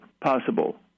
possible